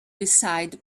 decide